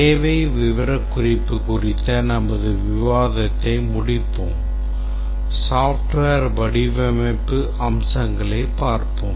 தேவை விவரக்குறிப்பு குறித்த நமது விவாதத்தை முடிப்போம் software வடிவமைப்பு அம்சங்களைப் பார்ப்போம்